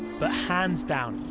but hands down,